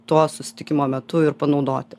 to susitikimo metu ir panaudoti